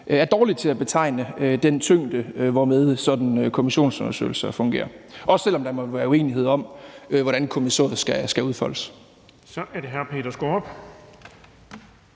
er dårlig til at betegne den tyngde, hvormed sådanne kommissionsundersøgelser fungerer, også selv om der måtte være uenighed om, hvordan kommissoriet skal udfoldes.